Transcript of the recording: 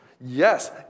Yes